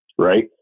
right